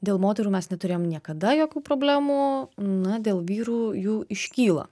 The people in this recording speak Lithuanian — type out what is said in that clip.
dėl moterų mes neturėjom niekada jokių problemų na dėl vyrų jų iškyla